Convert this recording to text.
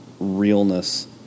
realness